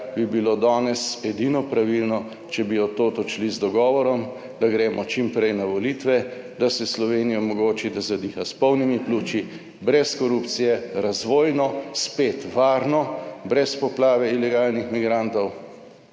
bi bilo danes edino pravilno, če bi od tod odšli z dogovorom, da gremo čim prej na volitve, da se Sloveniji omogoči, da zadiha s polnimi pljuči, brez korupcije, razvojno spet varno, brez poplave ilegalnih migrantov,